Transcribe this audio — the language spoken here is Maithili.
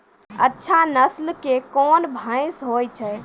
अच्छा नस्ल के कोन भैंस होय छै?